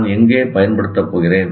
நான் எங்கே பயன்படுத்தப் போகிறேன்